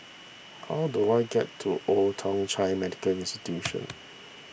how do I get to Old Thong Chai Medical Institution